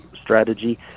strategy